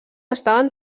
estaven